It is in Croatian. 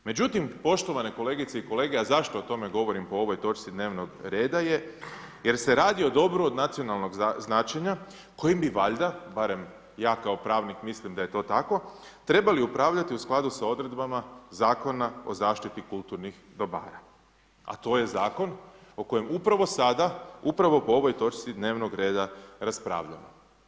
Međutim poštovane kolegice i kolege, a zašto o tome govorim po ovoj točci dnevnog reda je jer se radi o dobru od nacionalnog značenja kojim bi valjda, barem ja kao pravnik mislim da je to tako, trebali upravljati u skladu sa odredbama Zakona o zaštiti kulturnih dobara a to je zakon o kojem upravo sada, upravo po ovoj točci dnevnog reda raspravljamo.